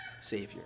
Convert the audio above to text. Savior